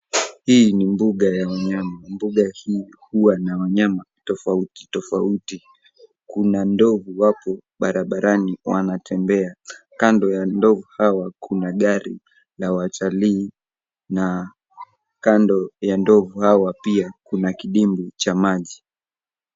Hii ni mbuga ya wanyama. Mbuga hii huwa na wanyama tofauti tofauti. Kuna ndovu wapo barabarani wanatembea. Kando ya ndovu hawa kuna gari la watalii na kando ya ndovu hawa pia kuna kidimbwi cha maji.